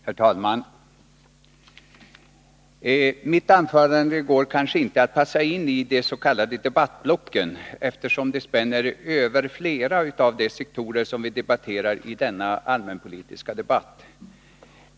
Herr talman! Mitt anförande går kanske inte att passa in i de s.k. debattblocken, eftersom det spänner över flera av de sektorer som vi debatterar i denna allmänpolitiska debatt.